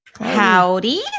Howdy